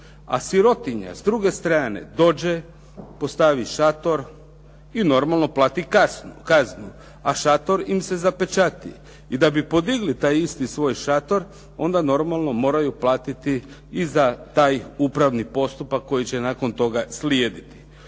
A sirotinja sa druge strane dođe, postavi šator i normalno plati kaznu a šator im se zapečati. I da bi podigli taj isti svoj šator, onda normalno moraju platiti i za taj upravni postupak koji će nakon toga slijediti.